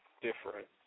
different